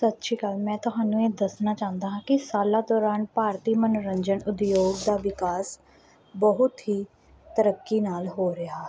ਸਤਿ ਸ਼੍ਰੀ ਅਕਾਲ ਮੈਂ ਤੁਹਾਨੂੰ ਇਹ ਦੱਸਣਾ ਚਾਹੁੰਦਾ ਹਾਂ ਕਿ ਸਾਲਾਂ ਦੌਰਾਨ ਭਾਰਤੀ ਮਨੋਰੰਜਨ ਉਦਯੋਗ ਦਾ ਵਿਕਾਸ ਬਹੁਤ ਹੀ ਤਰੱਕੀ ਨਾਲ ਹੋ ਰਿਹਾ ਹੈ